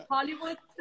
Hollywood